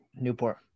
Newport